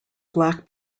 black